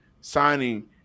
signing